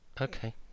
Okay